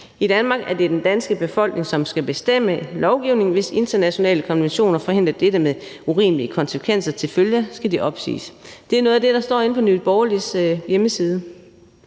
I Danmark er det den danske befolkning, som skal bestemme lovgivningen. Hvis internationale konventioner forhindrer dette med urimelige konsekvenser til følge, skal de opsiges. Det er noget af det, der står inde på Nye Borgerliges hjemmeside,